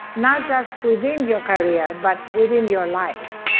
not just within your career but within your life